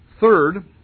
Third